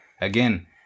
again